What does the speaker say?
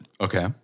Okay